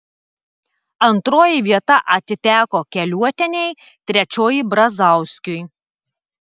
antroji vieta atiteko keliuotienei trečioji brazauskiui